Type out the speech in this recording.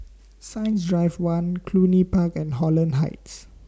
Science Drive one Cluny Park and Holland Heights